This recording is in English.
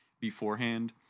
beforehand